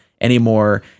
anymore